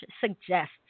suggests